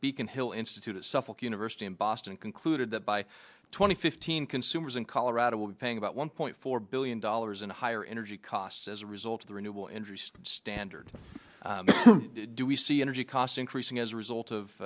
beacon hill institute at suffolk university in boston concluded that by twenty fifteen consumers in colorado will be paying about one point four billion dollars in higher energy costs as a result of the renewable interest standard do we see energy costs increasing as a result of